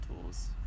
tools